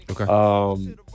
Okay